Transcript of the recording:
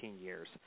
years